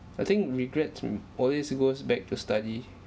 I think regrets mm always goes back to study